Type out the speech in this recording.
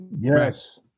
Yes